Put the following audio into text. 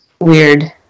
Weird